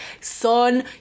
son